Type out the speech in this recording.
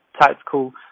tactical